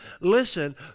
Listen